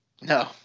No